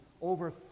over